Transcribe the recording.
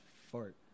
fart